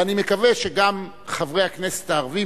ואני מקווה שגם חברי הכנסת הערבים